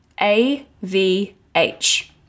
A-V-H